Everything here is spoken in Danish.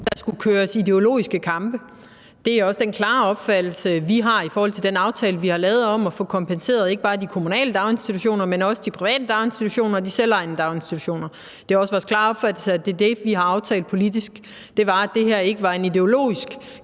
der skulle kæmpes ideologiske kampe. Og det er også den klare opfattelse, vi har i forhold til den aftale, vi har lavet om at få kompenseret ikke bare de kommunale daginstitutioner, men også de private daginstitutioner og de selvejende daginstitutioner. Det er også vores klare opfattelse, at det er det, vi har aftalt politisk, altså at det her ikke var en ideologisk